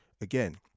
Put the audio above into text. again